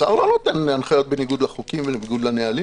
השר לא נותן הנחיות בניגוד לחוקים ובניגוד לנהלים.